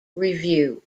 review